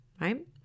right